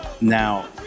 Now